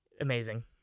Amazing